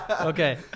Okay